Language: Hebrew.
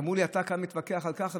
אמרו לי: אתה כאן מתווכח ככה,